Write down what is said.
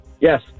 Yes